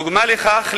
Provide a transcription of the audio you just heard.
דוגמה לכך,